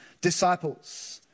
Disciples